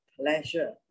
Pleasure